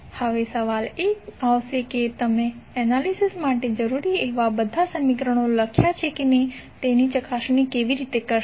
હવે સવાલ એ આવશે કે તમે એનાલિસિસ માટે જરૂરી એવા બધાં સમીકરણો લખ્યા છે કે કેમ તેની ચકાસણી કેવી રીતે કરશો